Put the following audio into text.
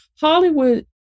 Hollywood